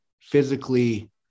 physically